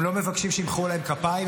הם לא מבקשים שימחאו להם כפיים,